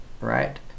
right